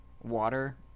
water